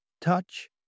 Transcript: touch